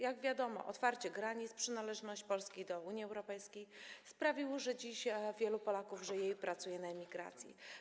Jak wiadomo, otwarcie granic i przynależność Polski do Unii Europejskiej sprawiły, że dziś wielu Polaków żyje i pracuje na emigracji.